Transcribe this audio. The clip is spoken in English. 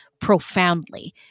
profoundly